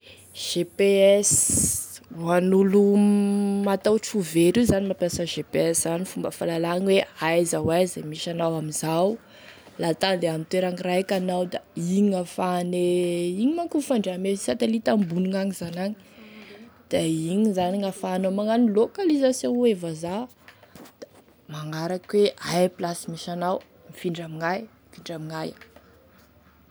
GPS zany ho an'olo matahotry ho very io zany mampiasa GPS zany fomba fahalalagny hoe aiza ho aiza e misy anao amin'izao la ta handeha amin'ny toeragny raiky anao da igny gn'ahafane igny manko mifandray ame satellite ambony agny zany agny da igny zany e hahafanao manao localisation hoy e vazaha da magnaraky hoe aia e plasy misy anao mifindra amignaia mifindra amignaia.